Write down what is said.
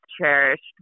cherished